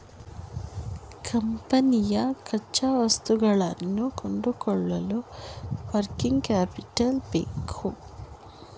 ಕಂಪನಿಯ ಕಚ್ಚಾವಸ್ತುಗಳನ್ನು ಕೊಂಡುಕೊಳ್ಳಲು ವರ್ಕಿಂಗ್ ಕ್ಯಾಪಿಟಲ್ ಬೇಕು